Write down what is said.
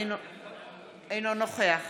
אינו נוכח